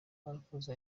barakoze